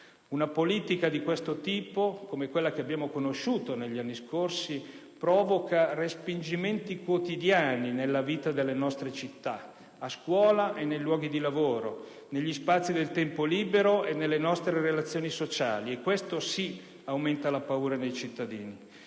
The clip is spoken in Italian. Una politica lassista di questo tipo, come quella che abbiamo conosciuto negli anni scorsi, provoca respingimenti quotidiani nella vita delle nostre città, a scuola e nei luoghi di lavoro, negli spazi del tempo libero e nelle nostre relazioni sociali, e questo sì aumenta la paura nei cittadini.